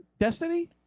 Destiny